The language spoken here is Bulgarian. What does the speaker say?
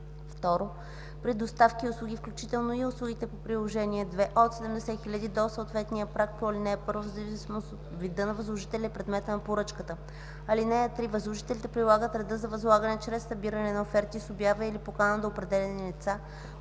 2. при доставки и услуги, включително и услугите по Приложение № 2 – от 70 000 лв. до съответния праг по ал. 1 в зависимост от вида на възложителя и предмета на поръчката. (3) Възложителите прилагат реда за възлагане чрез събиране на оферти с обява или покана до определени лица,